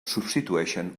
substitueixen